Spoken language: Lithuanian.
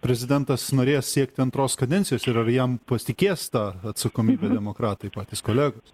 prezidentas norės siekti antros kadencijos ir ar jam pasitikės ta atsakomybe demokratai patys kolegos